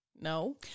no